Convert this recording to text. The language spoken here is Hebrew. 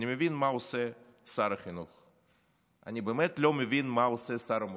אני מבין מה עושה שר החינוך’ אני באמת לא מבין מה עושה שר המורשת.